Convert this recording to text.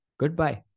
Goodbye